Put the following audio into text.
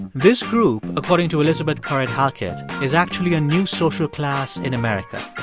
this group, according to elizabeth currid-halkett, is actually a new social class in america.